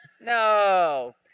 No